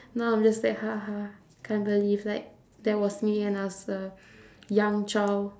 now I'm just like ha ha can't believe like that was me when I was a young child